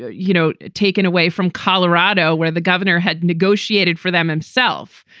you know, taken away from colorado where the governor had negotiated for them himself,